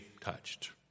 touched